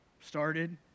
started